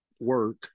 work